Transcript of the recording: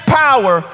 power